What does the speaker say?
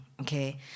okay